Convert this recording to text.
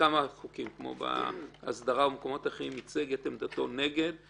בכמה חוקים כמו בהסדרה או במקומות אחרים ייצג את עמדתו נגד,